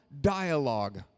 dialogue